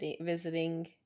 visiting